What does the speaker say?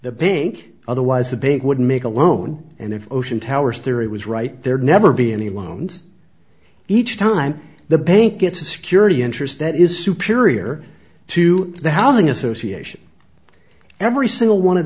the bank otherwise the bank would make a loan and if ocean towers theory was right there never be any loans each time the bank gets a security interest that is superior to the housing association every single one of